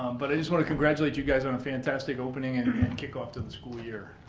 but i just wanna congratulate you guys on a fantastic opening and kickoff to the school year.